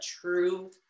true